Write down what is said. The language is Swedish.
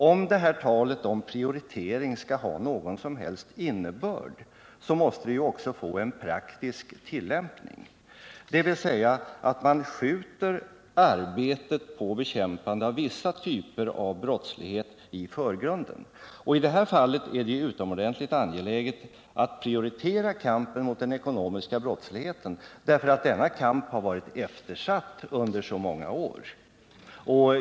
Om det här talet om prioritering skall ha någon som helst innebörd, måste det också få en praktisk tillämpning — dvs. att man skjuter arbetet på bekämpande av vissa typer av brottslighet i förgrunden. I det här fallet är det utomordentligt angeläget att prioritera kampen mot den ekonomiska brottsligheten, därför att denna kamp har varit eftersatt under så många år.